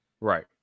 right